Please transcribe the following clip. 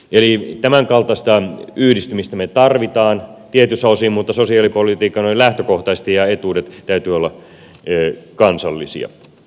eli tämän kaltaista yhdistymistä me tarvitsemme tietyin osin mutta sosiaalipolitiikan ja etuuksien noin lähtökohtaisesti täytyy olla kansallisia